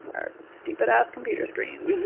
our stupid-ass computer screens.